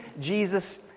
Jesus